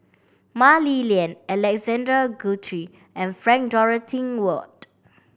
Mah Li Lian Alexander Guthrie and Frank Dorrington Ward